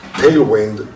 tailwind